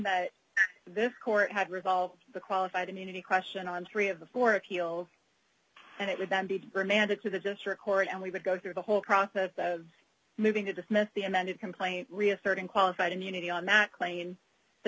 that this court had resolved the qualified immunity question on three of the four appeal and it would then be remanded to the district court and we would go through the whole process of moving to dismiss the amended complaint reasserting qualified immunity on that clay in the